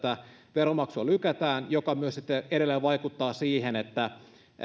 veronmaksua lykätään mikä myös sitten edelleen vaikuttaa siihen että